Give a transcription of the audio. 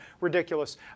ridiculous